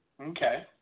Okay